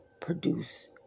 produce